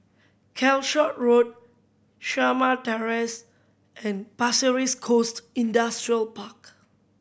Calshot Road Shamah Terrace and Pasir Ris Coast Industrial Park